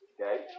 Okay